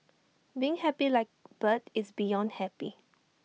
being happy like bird is beyond happy